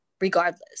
regardless